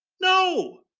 No